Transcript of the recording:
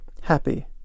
happy